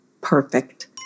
perfect